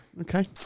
Okay